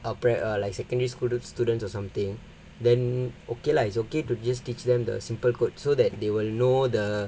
upright or like secondary school students or something then okay lah it's okay to just teach them the simple code so that they will know the